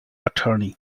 attorney